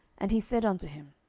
and he said unto him,